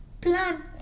Plan